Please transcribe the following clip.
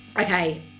okay